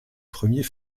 premier